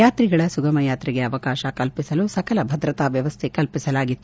ಯಾತ್ರಿಗಳ ಸುಗಮ ಯಾತ್ರೆಗೆ ಅವಕಾಶ ಕಲ್ಪಿಸಲು ಸಕಲ ಭದ್ರತಾ ವ್ವವಸ್ಥೆ ಕಲ್ಪಿಸಲಾಗಿತ್ತು